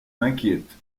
m’inquiète